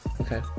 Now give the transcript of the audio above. okay